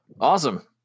Awesome